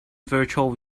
virtual